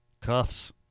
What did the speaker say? Cuffs